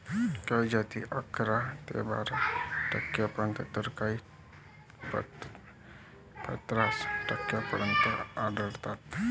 काही जाती अकरा ते बारा टक्क्यांपर्यंत तर काही पन्नास टक्क्यांपर्यंत आढळतात